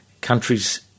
countries